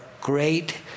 great